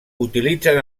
utilitzen